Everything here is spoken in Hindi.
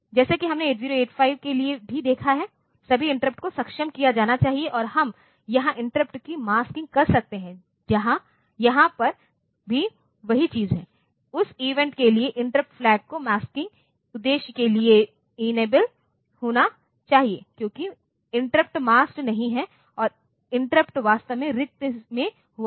जैसा कि हमने 8085 के लिए भी देखा है सभी इंटरप्ट को सक्षम किया जाना चाहिए और हम यहाँ इंटरप्ट की मास्किंग कर सकते हैं यहाँ पर भी वही चीज़ है उस इवेंट के लिए इंटरप्ट फ्लैग को मास्किंग उद्देश्य के लिए इनेबल होना चाहिए क्योंकि इंटरप्ट मास्क्ड नहीं है और इंटरप्ट वास्तव में रिक्त में हुआ है